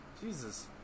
jesus